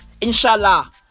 Inshallah